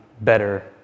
better